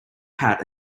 hat